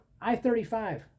I-35